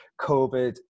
COVID